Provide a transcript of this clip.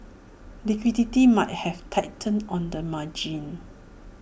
liquidity might have tightened on the margin